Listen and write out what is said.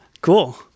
cool